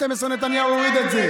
הלב שלנו שותת דם.